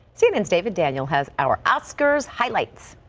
cnn's david daniel has our oscars highlights.